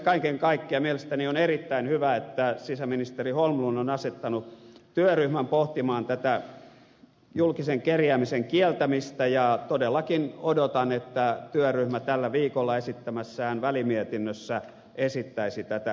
kaiken kaikkiaan mielestäni on erittäin hyvä että sisäasiainministeri holmlund on asettanut työryhmän pohtimaan tätä julkisen kerjäämisen kieltämistä ja todellakin odotan että työryhmä tällä viikolla esittämässään välimietinnössä esittäisi tätä kieltoa